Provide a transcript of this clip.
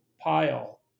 pile